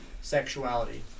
sexuality